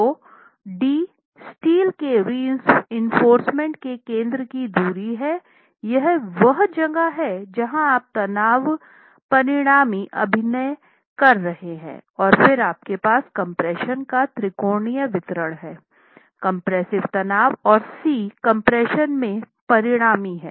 तो d steel के reinforcement के केन्द्र की दूरी है यह वह जगह है जहाँ आप तनाव परिणामी अभिनय कर रहे हैं और फिर आपके पास कम्प्रेशन का त्रिकोणीय वितरण है कम्प्रेस्सिव तनाव और c कम्प्रेशन में परिणामी हैं